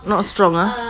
not strong ah